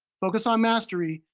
focus on mastery,